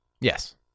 Yes